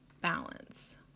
balance